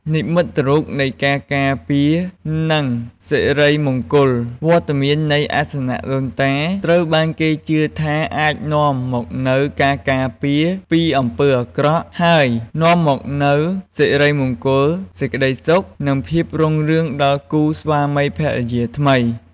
និមិត្តរូបនៃការការពារ និងសិរីមង្គល វត្តមាននៃអាសនៈដូនតា ត្រូវបានគេជឿថាអាចនាំមកនូវការការពារពីអំពើអាក្រក់ ហើយនាំមកនូវសិរីមង្គល សេចក្ដីសុខ និងភាពរុងរឿងដល់គូស្វាមីភរិយាថ្មី។